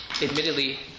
admittedly